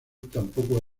tampoco